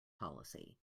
policy